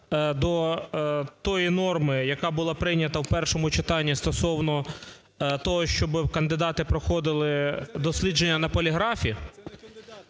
до тієї норми, яка була прийнята в першому читанні стосовно того, щоб кандидати проходили дослідження на поліграфі.